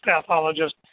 pathologist